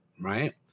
right